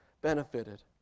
benefited